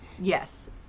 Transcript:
Yes